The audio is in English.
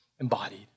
embodied